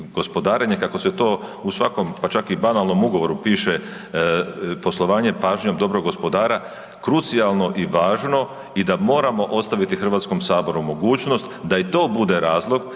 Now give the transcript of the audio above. gospodarenje, kako se to u svakom, pa čak i banalnom ugovoru piše, poslovanje pažnjom dobrog gospodara, krucijalno i važno i da moramo ostaviti HS-u mogućnost da i to bude razlog